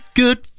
good